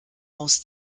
aus